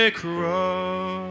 cross